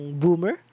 boomer